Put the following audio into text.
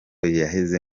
yaheze